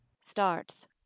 starts